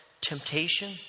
temptation